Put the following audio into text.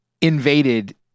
invaded